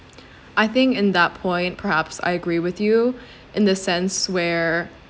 I think in that point perhaps I agree with you in the sense where